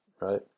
right